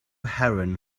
heron